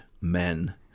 men